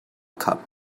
cup